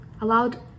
allowed